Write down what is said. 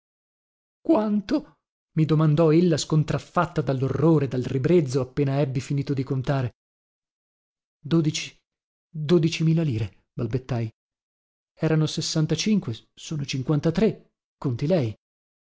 quanto mi domandò ella scontraffatta dallorrore dal ribrezzo appena ebbi finito di contare dodici dodici mila lire balbettai erano sessantacinque sono cinquantatré conti lei